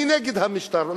אני נגד המשטר,